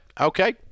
Okay